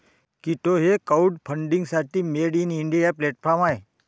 कीटो हे क्राउडफंडिंगसाठी made in India platform आहे